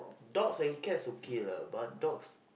dogs and cats okay lah but dogs